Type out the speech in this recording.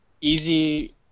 easy